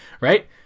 Right